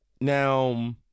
Now